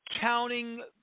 counting